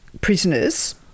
prisoners